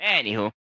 anywho